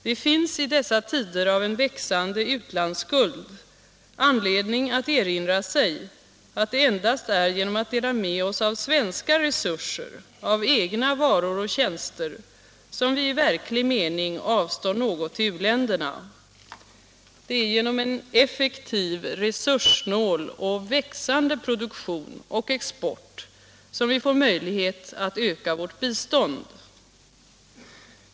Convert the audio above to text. Det finns i dessa tider av en växande utlandsskuld anledning att erinra sig att det endast är genom att dela med oss av svenska resurser, av egna varor och tjänster som vi i verklig mening avstår något till u-länderna. Det är genom en effektiv, resurssnål och växande produktion och export som vi får möjlighet att öka vårt bistånd.